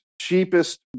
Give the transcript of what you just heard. cheapest